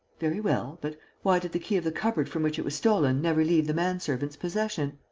very well but why did the key of the cupboard from which it was stolen never leave the man-servant's possession?